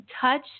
touch